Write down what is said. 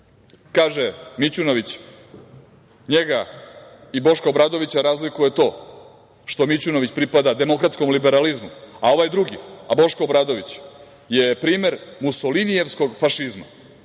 Kaže Mićunović - njega i Boška Obradovića razlikuje to što Mićunović pripada demokratskom liberalizmu, a ovaj drugi, a Boško Obradović je primer musolinijevskog fašizma. Ovo